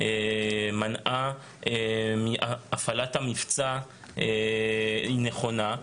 מנעה הפעלת מבצע נכונה,